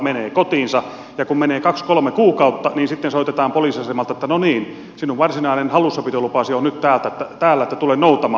menee kotiinsa ja kun menee kaksi kolme kuukautta niin sitten soitetaan poliisiasemalta että no niin sinun varsinainen hallussapitolupasi on nyt täällä että tule noutamaan